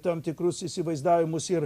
tam tikrus įsivaizdavimus ir